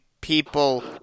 people